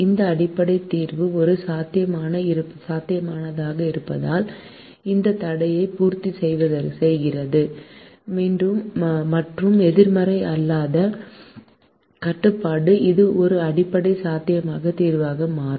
இந்த அடிப்படை தீர்வும் ஒரு சாத்தியமானதாக இருப்பதால் இந்த தடையை இது பூர்த்தி செய்கிறது மற்றும் எதிர்மறை அல்லாத கட்டுப்பாடு இது ஒரு அடிப்படை சாத்தியமான தீர்வாக மாறும்